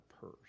purse